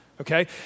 Okay